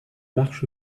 marche